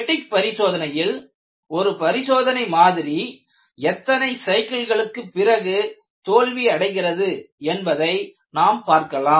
பெடிக் பரிசோதனையில் ஒரு பரிசோதனை மாதிரி எத்தனை சைக்கிள்களுக்கு பிறகு தோல்வி அடைகிறது என்பதை நாம் பார்க்கலாம்